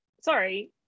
sorry